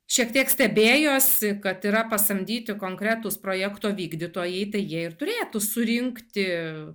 šiek tiek stebėjosi kad yra pasamdyti konkretūs projekto vykdytojai tai jie ir turėtų surinkti